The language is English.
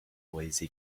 lazy